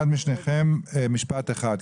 אחד משניהם משפט אחד,